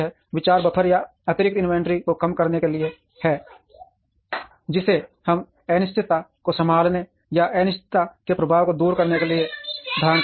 विचार बफर या अतिरिक्त इन्वेंट्री को कम करने के लिए है जिसे हम अनिश्चितता को संभालने या अनिश्चितता के प्रभाव को दूर करने के लिए धारण करते हैं